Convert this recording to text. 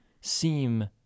seem